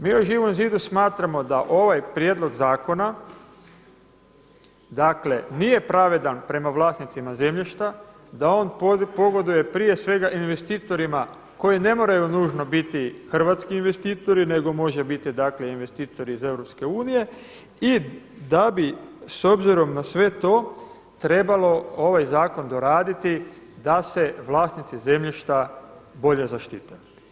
Mi u Živom zidu smatramo da ovaj prijedlog zakona nije pravedan prema vlasnicima zemljišta, da on pogoduje prije svega investitorima koji ne moraju nužno biti hrvatski investitori, nego može biti dakle investitor iz Europske unije i da bi s obzirom na sve to trebalo ovaj zakon doraditi da se vlasnici zemljišta bolje zaštite.